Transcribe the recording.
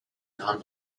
non